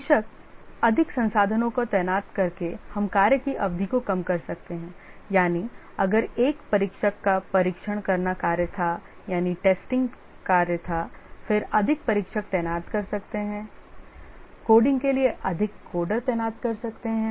बेशक अधिक संसाधनों को तैनात करके हम कार्य की अवधि को कम कर सकते हैं यानी अगर एक परीक्षक का परीक्षण करना कार्य था फिर अधिक परीक्षक तैनात कर सकते हैं कोडिंग के लिए अधिक कोडर तैनात कर सकते हैं